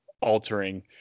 altering